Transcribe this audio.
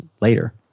later